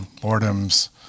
boredom's